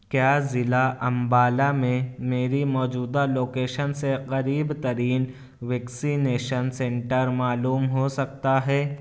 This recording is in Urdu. کیا ضلع امبالہ میں میری موجودہ لوکیشن سے قریب ترین ویکسینیشن سینٹر معلوم ہو سکتا ہے